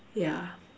yeah